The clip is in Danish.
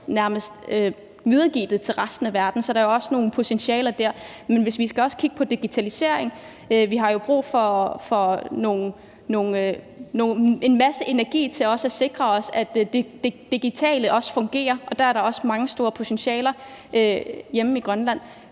nærmest kan videregive det til resten af verden. Så der er jo også nogle potentialer der. Men hvis vi kigger på digitaliseringen, har vi jo også brug for en masse energi til at sikre os, at det digitale også fungerer, og der er der også mange store potentialer hjemme i Grønland.